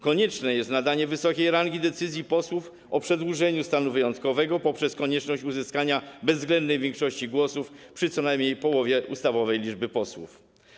Konieczne jest nadanie wysokiej rangi decyzji posłów o przedłużeniu stanu wyjątkowego poprzez konieczność uzyskania bezwzględnej większości głosów przy co najmniej połowie ustawowej liczby posłów.